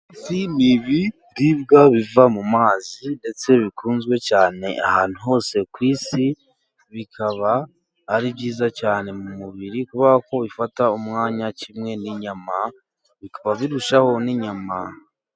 Ifi ni ibibwa biva mu mazi, ndetse bikunzwe cyane ahantu hose ku isi. Bikaba ari byiza cyane mu mubiri, kubera ko bifata umwanya kimwe n'inyama bikaba birushaho n'inyama.